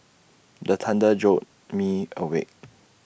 the thunder jolt me awake